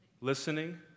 Listening